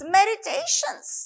meditations